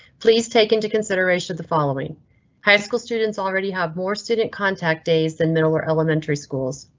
please take into consideration of the following high school students already have more student contact days than middle or elementary schools.